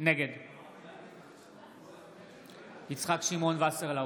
נגד יצחק שמעון וסרלאוף,